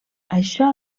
això